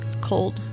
cold